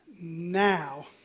now